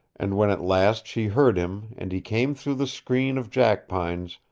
and when at last she heard him and he came through the screen of jackpines,